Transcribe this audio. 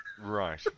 Right